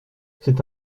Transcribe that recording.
c’est